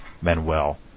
Manuel